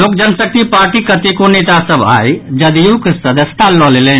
लोकजन शक्ति पार्टीक कतेको नेता सभ आई जदयूक सदस्यता लऽ लेलनि